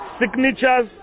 Signatures